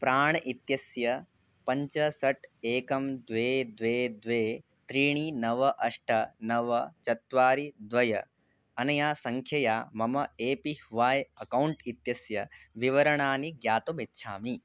प्राण् इत्यस्य पञ्च षट् एकं द्वे द्वे द्वे त्रीणि नव अष्ट नव चत्वारि द्वे अनया सङ्ख्यया मम ए पी ह्वाय् अकौण्ट् इत्यस्य विवरणानि ज्ञातुमिच्छामि